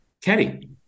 caddy